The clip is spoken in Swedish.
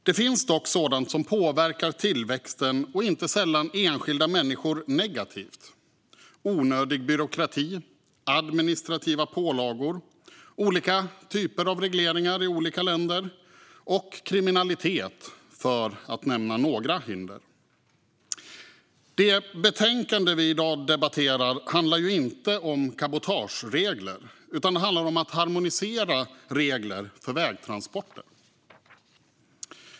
Det finns dock sådant som påverkar tillväxten och inte sällan enskilda människor negativt: onödig byråkrati, administrativa pålagor, olika typer av regleringar i olika länder och kriminalitet, för att nämna några hinder. Det betänkande vi i dag debatterar handlar inte om cabotageregler utan om att harmonisera regler för vägtransporter.